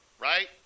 right